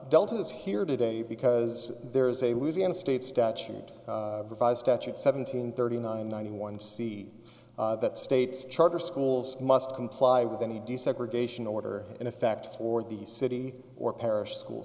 delta is here today because there is a louisiana state statute revised statutes seventeen thirty nine ninety one see that states charter schools must comply with any desegregation order in effect for the city or parish school